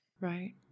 right